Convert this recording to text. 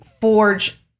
forge